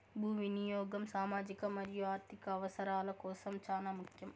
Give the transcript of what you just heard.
భూ వినియాగం సామాజిక మరియు ఆర్ధిక అవసరాల కోసం చానా ముఖ్యం